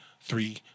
three